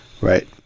Right